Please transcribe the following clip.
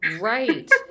Right